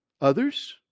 others